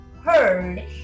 heard